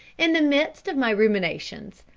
in the midst of my ruminations,